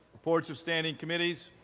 reports of standing committees.